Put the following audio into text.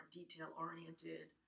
detail-oriented